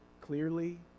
clearly